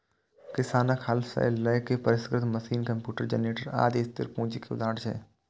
किसानक हल सं लए के परिष्कृत मशीन, कंप्यूटर, जेनरेटर, आदि स्थिर पूंजी के उदाहरण छियै